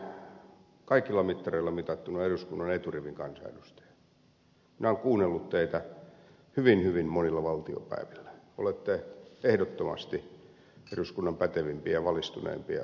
pulliainen joka on kaikilla mittareilla mitattuna eduskunnan eturivin kansanedustaja minä olen kuunnellut teitä hyvin hyvin monilla valtiopäivillä olette ehdottomasti eduskunnan pätevimpiä ja valistuneimpia kansanedustajia